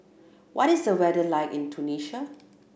what is the weather like in Tunisia